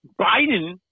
Biden